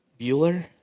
Bueller